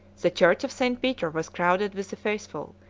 the church of st. peter was crowded with the faithful,